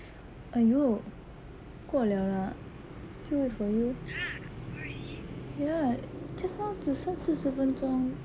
!aiyo! 过了 lah still wait for you ya just now 只剩四十分钟